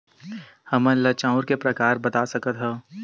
हमन ला चांउर के प्रकार बता सकत हव?